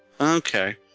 Okay